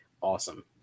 Awesome